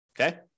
Okay